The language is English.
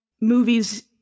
movies